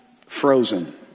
Frozen